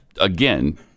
again